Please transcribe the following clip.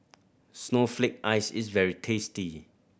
snowflake ice is very tasty